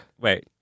Wait